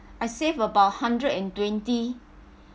I save about hundred and twenty